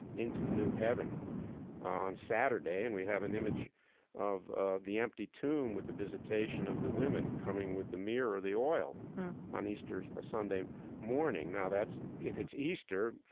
into the new heaven on saturday and we have an image of ah the empty tomb with the visitation of the women coming with the myrrh or or the oil on easter sunday morning. now, that's, if it's easter,